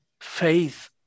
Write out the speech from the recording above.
faith